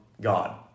God